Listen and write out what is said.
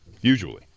Usually